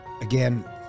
Again